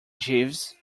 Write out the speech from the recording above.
jeeves